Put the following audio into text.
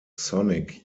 sonic